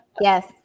Yes